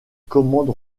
commande